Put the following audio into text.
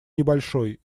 небольшой